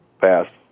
passed